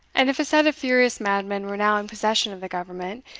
and if a set of furious madmen were now in possession of the government,